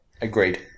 Agreed